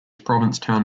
provincetown